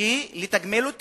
זכותי שיתגמלו אותי.